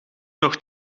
nog